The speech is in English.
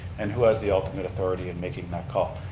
and who has the ultimate authority in making that call.